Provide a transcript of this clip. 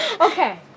Okay